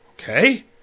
Okay